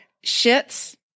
shit's